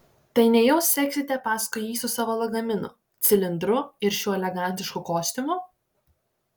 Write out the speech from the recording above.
tai nejau seksite paskui jį su savo lagaminu cilindru ir šiuo elegantišku kostiumu